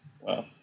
Wow